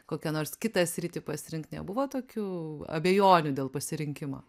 kokią nors kitą sritį pasirinkt nebuvo tokių abejonių dėl pasirinkimo